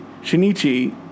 Shinichi